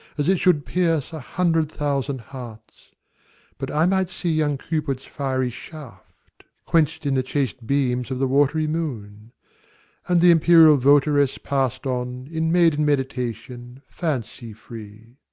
as it should pierce a hundred thousand hearts but i might see young cupid's fiery shaft quench'd in the chaste beams of the wat'ry moon and the imperial vot'ress passed on, in maiden meditation, fancy-free.